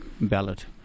Ballot